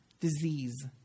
disease